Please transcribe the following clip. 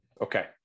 Okay